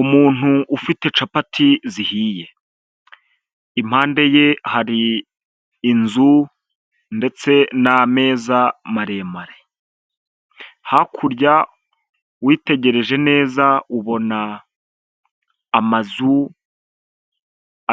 Umuntu ufite capati zihiye. Impande ye hari inzu ndetse n'ameza maremare. Hakurya witegereje neza ubona amazu